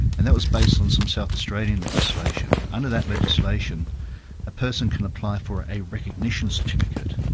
and that was based on some south australian legislation. under that legislation a person can apply for a recognition certificate.